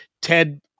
Ted